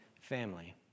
family